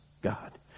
God